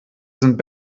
sind